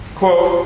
quote